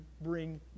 bring